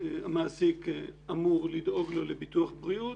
המעסיק אמור לדאוג לו לביטוח בריאות.